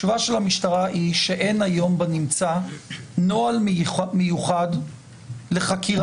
התשובה של המשטרה היא שאין היום בנמצא נוהל מיוחד לחקירת